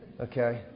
Okay